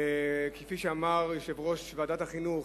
כפי שאמר יושב-ראש ועדת החינוך,